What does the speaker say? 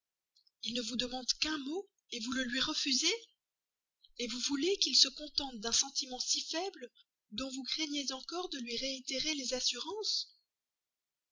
il ne vous demande qu'un mot vous le lui refusez vous voulez qu'il se contente d'un sentiment si faible dont vous craignez encore de lui réitérer les assurances